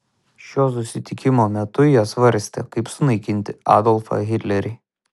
šio susitikimo metu jie svarstė kaip sunaikinti adolfą hitlerį